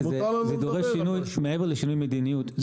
מעבר לשינוי מדיניות,